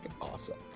awesome